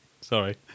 Sorry